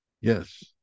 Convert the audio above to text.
yes